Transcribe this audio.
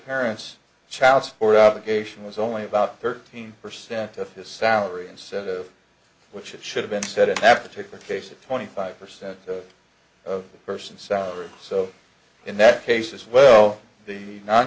parents child support obligation was only about thirteen percent of his salary instead of which it should have been set at that particular case at twenty five percent of the person's salary so in that case as well the non